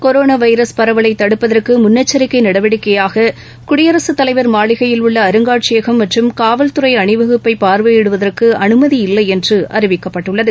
corona virus பரவலை தடுப்பதற்கு முன்னெச்சிக்கை நடவடிக்கையாக குடியரசுத்தலைவர் மாளிகையில் உள்ள அருங்காட்சியகம் மற்றும் காவல்துறை அனிவகுப்பை பாாவையிடுவதற்கு அனுமதியில்லை என்று அறிவிக்கப்பட்டுள்ளது